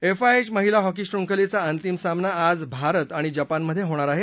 FIH महिला hockey श्रृंखलेचा अंतिम सामना आज भारत आणि जपानमधे होणार आहे